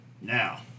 Now